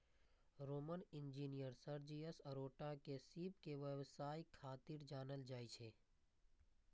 Roman engineer Sergius Orata के सीप के व्यवसाय खातिर जानल जाइ छै